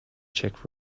czech